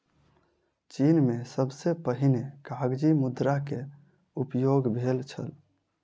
चीन में सबसे पहिने कागज़ी मुद्रा के उपयोग भेल छल